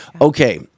Okay